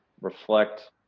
reflect